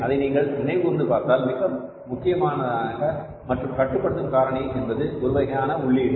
அதை நீங்கள் நினைவுகூர்ந்து பார்த்தால் முக்கியமான மற்றும் கட்டுப்படுத்தும் காரணி என்பது ஒருவகையான உள்ளீடு